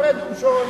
הפרד ומשול.